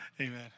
Amen